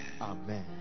Amen